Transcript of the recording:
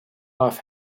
off